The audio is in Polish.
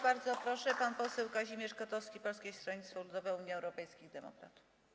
Bardzo proszę, pan poseł Kazimierz Kotowski, Polskie Stronnictwo Ludowe - Unia Europejskich Demokratów.